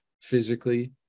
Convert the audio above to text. physically